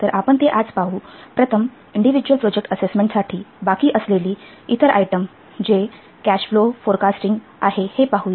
तर आपण ते आज पाहू प्रथम इंडीव्हिजुअल प्रोजेक्ट असेसमेंटसाठी बाकी असलेली इतर आयटम जे कॅश फ्लो फोरकास्टिंग आहे हे पाहूया